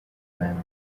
length